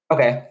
Okay